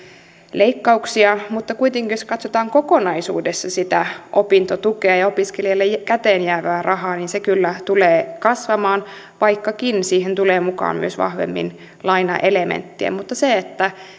leikkauksia mutta kuitenkin jos katsotaan kokonaisuudessaan sitä opintotukea ja ja opiskelijalle käteen jäävää rahaa niin se kyllä tulee kasvamaan vaikkakin siihen tulee mukaan myös vahvemmin lainaelementtiä mutta se että